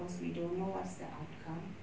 because we don't know what's the outcome